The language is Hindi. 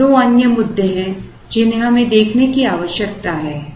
अब दो अन्य मुद्दे हैं जिन्हें हमें देखने की आवश्यकता है